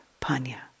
panya